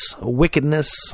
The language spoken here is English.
wickedness